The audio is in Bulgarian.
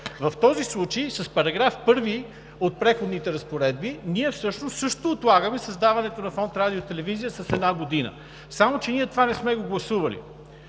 В този случай с § 1 от „Преходните разпоредби“ също отлагаме създаването на Фонд „Радио и телевизия“ с една година, само че ние това не сме го гласували.